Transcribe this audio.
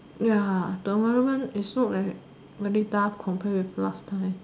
ya the environment is so like very tough compared to last time